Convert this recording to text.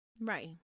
Right